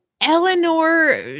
Eleanor